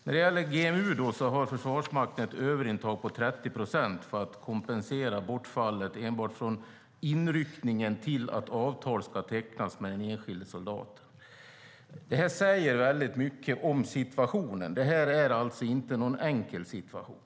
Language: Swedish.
När det gäller GMU har Försvarsmakten ett överintag på 30 procent för att kompensera bortfallet enbart från inryckningen till dess att avtal ska tecknas med den enskilde soldaten. Detta säger mycket om situationen. Det är alltså inte någon enkel situation.